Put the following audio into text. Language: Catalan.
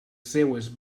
seves